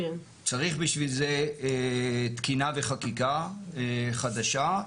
צריך בשביל זה תקינה וחקיקה חדשה.